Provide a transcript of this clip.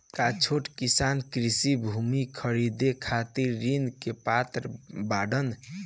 का छोट किसान कृषि भूमि खरीदे खातिर ऋण के पात्र बाडन?